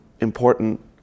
important